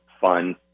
fun